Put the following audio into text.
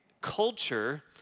culture